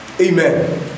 Amen